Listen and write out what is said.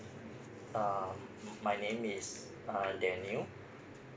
uh my name is uh daniel